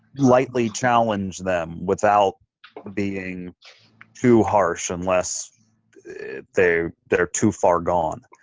lightly challenge them without being too harsh unless they're they're too far gone.